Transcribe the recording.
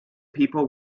people